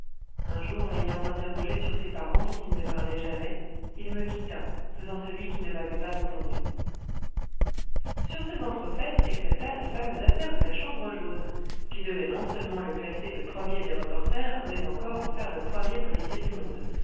un jour l'ayant interrogé sur ses parents dont il ne parlait jamais il me quitta faisant celui qui ne m'avait pas entendu sur ces entrefaites éclata la fameuse affaire de la chambre jaune qui devait non seulement le classer le premier des reporters mais encore en faire le premier policier du monde